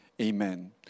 Amen